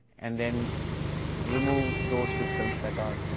and then remove those pictures that are,